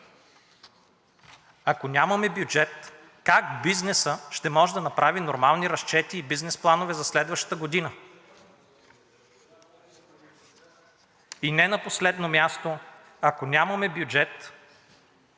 Ако нямаме бюджет, как бизнесът ще може да направи нормални разчети и бизнес планове за следващата година? И не на последно място, ако нямаме бюджет,